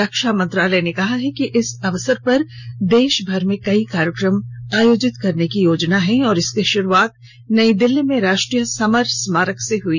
रक्षा मंत्रालय ने कहा है कि इस अवसर पर देशभर में कई कार्यक्रम आयोजित करने की योजना है और इसकी शुरूआत नई दिल्ली में राष्ट्रीय समर स्मारक से हुई